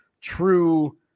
true